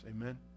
Amen